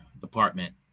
Department